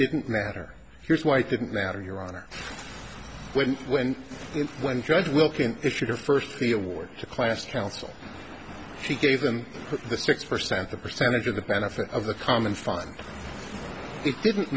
didn't matter here's why it didn't matter your honor when when when judge wilkins issued her first the award for class counsel she gave them the six percent the percentage of the benefit of the common fund it didn't